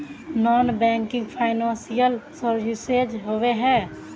Non banking financial services होबे है?